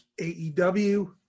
AEW